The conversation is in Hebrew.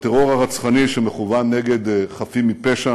לטרור הרצחני שמכוון נגד חפים מפשע